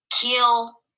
kill